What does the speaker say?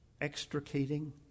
extricating